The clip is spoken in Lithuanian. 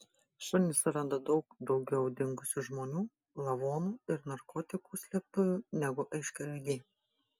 šunys suranda daug daugiau dingusių žmonių lavonų ir narkotikų slėptuvių negu aiškiaregiai